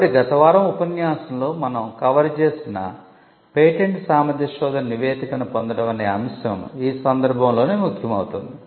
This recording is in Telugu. కాబట్టి గత వారం ఉపన్యాసంలో మనం కవర్ చేసిన పేటెంట్ సామర్థ్య శోధన నివేదికను పొందడం అనే అంశం ఈ సందర్భంలోనే ముఖ్యం అవుతుంది